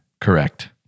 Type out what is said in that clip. Correct